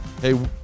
Hey